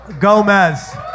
Gomez